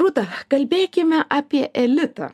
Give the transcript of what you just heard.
rūta kalbėkime apie elitą